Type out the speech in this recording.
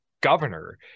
governor